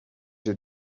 your